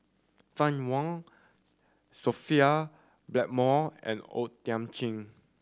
Fann Wong Sophia Blackmore and O Thiam Chin